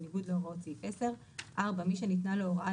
בניגוד להוראות סעיף 10. מי שניתנה לו הוראה